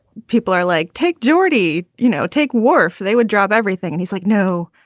people are like, take jocketty, you know, take wharfe. they would drop everything and he's like, no,